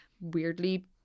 weirdly